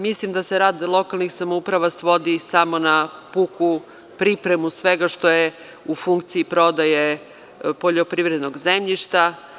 Mislim da se rad lokalnih samouprava svodi samo na pripremu svega što je u funkciji prodaje poljoprivrednog zemljišta.